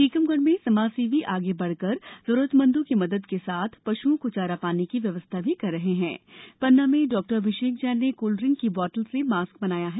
टीकम मे समाजसेवी े ब कर जरूरत मंदो की मदद के साथ साथ पश्ओं को चारा पानी की व्यवस्था भी कर रहे है पन्ना में डॉ अभिषेक जैन ने कोल्ड ड्रिक की बोतल से मास्क बनाया है